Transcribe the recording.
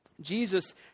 Jesus